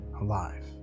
alive